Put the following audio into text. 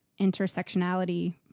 intersectionality